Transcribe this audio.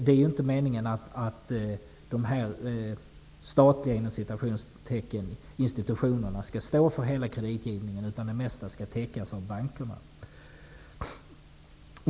Det är ju inte meningen att de här ''statliga'' institutionerna skall stå för hela kreditgivningen, utan det mesta skall täckas av bankerna.